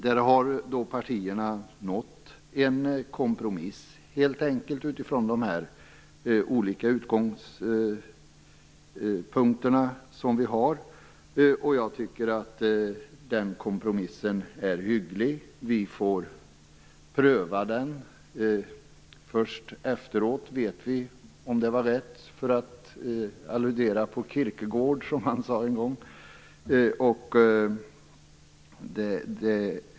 Där har partierna helt enkelt nått en kompromiss utifrån sina olika utgångspunkter, och jag tycker att den kompromissen är hygglig. Vi får pröva den. Först efteråt vet vi om det var rätt, för att alludera på vad Kirkegaard sade en gång.